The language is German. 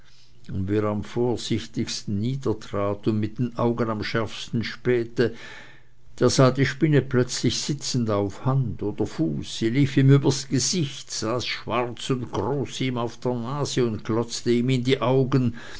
und wer am vorsichtigsten niedertrat und mit den augen am schärfsten spähte der sah die spinne plötzlich sitzend auf hand oder fuß sie lief ihm übers gesicht saß schwarz und groß ihm auf der nase und glotzte ihm in die augen